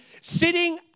sitting